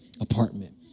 apartment